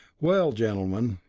well, gentlemen,